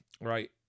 right